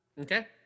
Okay